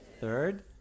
Third